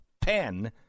pen